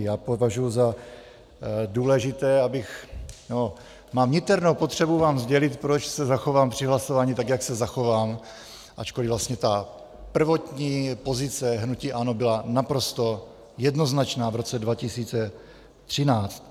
Já považuji za důležité, mám niternou potřebu vám sdělit, proč se zachovám při hlasování tak, jak se zachovám, ačkoli vlastně ta prvotní pozice hnutí ANO byla naprosto jednoznačná v roce 2013.